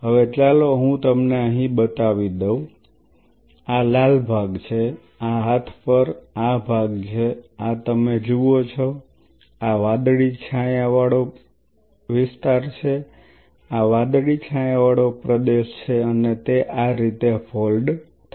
હવે ચાલો હું તમને અહીં બતાવી દઉં આ લાલ ભાગ છે આ હાથ પર આ ભાગ છે આ તમે જુઓ છો આ વાદળી છાયાવાળો પ્રદેશ છે આ વાદળી છાયાવાળો પ્રદેશ છે અને તે આ રીતે ફોલ્ડ થાય છે